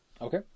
Okay